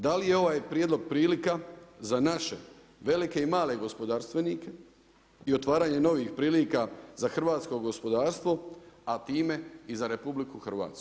Da li je ovaj prijedlog prilika za naše velike i male gospodarstvenike i otvaranje novih prilika za hrvatsko gospodarstvo a time i za RH?